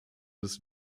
des